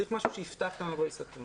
צריך משהו שיפתח את המבוי הסתום הזה.